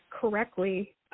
correctly